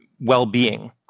well-being